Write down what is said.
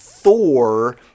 Thor